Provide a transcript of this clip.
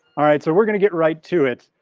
all right, so we're gonna get right to it,